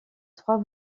trois